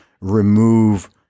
remove